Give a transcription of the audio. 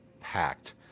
packed